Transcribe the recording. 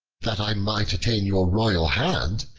that i might attain your royal hand,